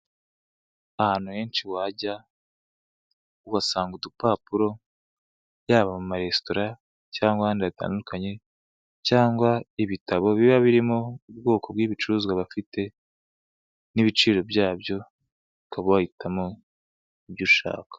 Ahantu henshi wajya uhasanga udupapuro yaba amaresitora, cyangwa ahandi hatandukanye cyangwa ibitabo biba birimo ubwoko bw'ibicuruzwa bafite, n'ibiciro byabyo ukaba wahitamo ibyo ushaka.